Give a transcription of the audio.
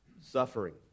suffering